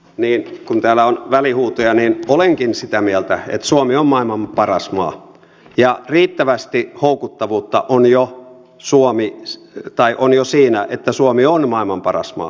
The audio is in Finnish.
niin kun täällä on näitä välihuutoja olenkin sitä mieltä että suomi on maailman paras maa ja riittävästi houkuttavuutta on jo siinä että suomi on maailman paras maa